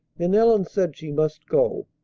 then ellen said she must go.